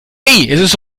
ist